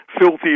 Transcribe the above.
filthy